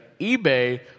eBay